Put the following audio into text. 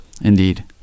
Indeed